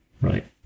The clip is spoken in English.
right